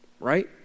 right